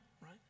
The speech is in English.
right